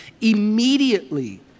Immediately